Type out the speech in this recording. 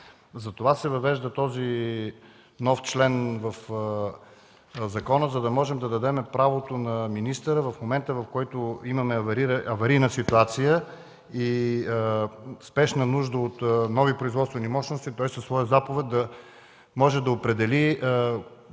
затова се въвежда този нов член в закона, за да можем да дадем правото на министъра в момента, в който имаме аварийна ситуация и спешна нужда от нови производствени мощности, той със своя заповед да може да определи